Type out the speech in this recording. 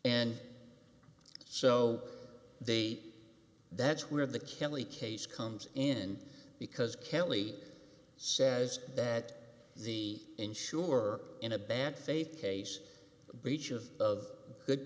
and so they that's where the kelly case comes in because kelly says that the insurer in a bad faith case breach of of good